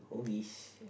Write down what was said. corgies yeah